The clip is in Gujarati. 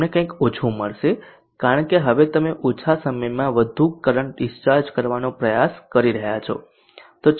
ના તમને કંઈક ઓછું મળશે કારણ કે હવે તમે ઓછા સમયમાં વધુ કરંટ ડીસ્ચાર્જ કરવાનો પ્રયાસ કરી રહ્યાં છો